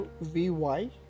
V-Y